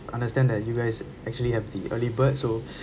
understand that you guys actually have the early bird so